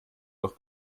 auch